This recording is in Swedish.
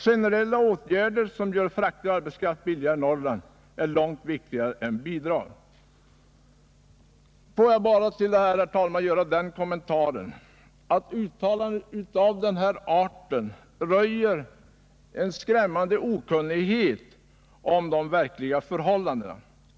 Generella åtgärder som gör frakter och arbetskraft billigare i Norrland är långt viktigare än bidrag.” Jag vill endast kommentera detta genom att säga att uttalanden av denna art röjer en skrämmande okunnighet om de verkliga förhållandena.